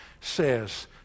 says